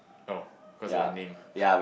oh cause of your name ah